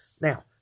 Now